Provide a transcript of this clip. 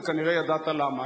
וכנראה ידעת למה.